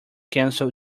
cancel